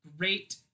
great